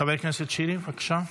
חבר הכנסת שירי, בבקשה.